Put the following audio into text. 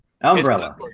Umbrella